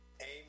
amen